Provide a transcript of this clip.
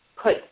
put